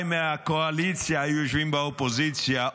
מהקואליציה היו יושבים באופוזיציה,